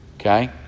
okay